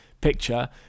picture